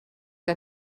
que